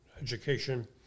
education